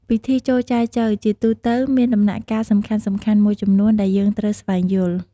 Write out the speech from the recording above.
ពិធីចូលចែចូវជាទូទៅមានដំណាក់កាលសំខាន់ៗមួយចំនួន ដែលយើងត្រូវស្វែងយល់។